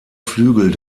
flügel